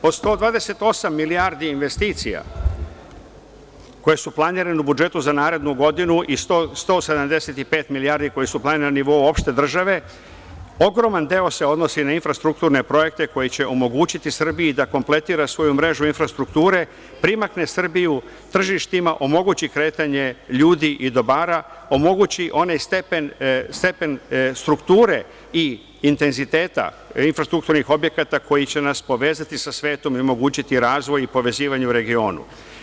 Po 128 milijardi investicija koje su planirane u budžetu za narednu godinu i 175 milijardi koje su planirane na nivou opšte države ogroman deo se odnosi na infrastrukturne projekte koji će omogućiti Srbiji da kompletira svoju mrežu infrastrukture, primakne Srbiju tržištima, omogući kretanje ljudi i dobara, omogući onaj stepen strukture i intenziteta infrastrukturnih objekata, koji će nas povezati sa svetom i omogućiti razvoj povezivanja u regionu.